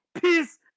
peace